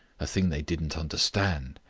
a thing they didn't understand.